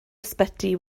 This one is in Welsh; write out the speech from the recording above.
ysbyty